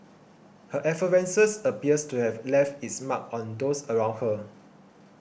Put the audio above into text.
her effervescence appears to have left its mark on those around her